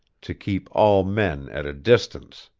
to keep all men at a distance.